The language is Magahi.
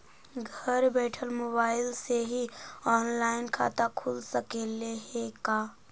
घर बैठल मोबाईल से ही औनलाइन खाता खुल सकले हे का?